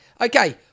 okay